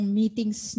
meetings